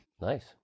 Nice